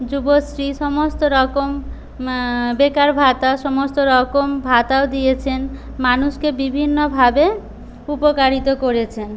যুবশ্রী সমস্তরকম বেকার ভাতা সমস্তরকম ভাতাও দিয়েছেন মানুষকে বিভিন্নভাবে উপকারিতো করেছে